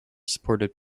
supported